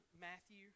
Matthew